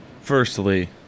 Firstly